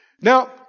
Now